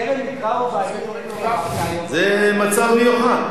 "טרם יקראו ואני אענה" זה מצב מיוחד.